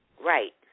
Right